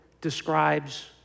describes